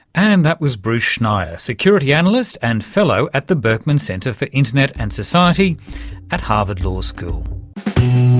and that was bruce schneier, security analyst and fellow at the berkman center for internet and society at harvard law school